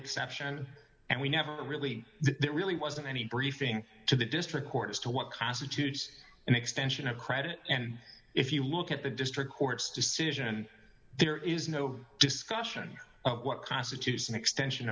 exception and we never really there really wasn't any briefing to the district court as to what constitutes an extension of credit and if you look at the district court's decision there is no discussion of what constitutes an extension